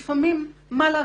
לפעמים, מה לעשות,